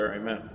Amen